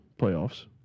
playoffs